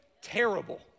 Terrible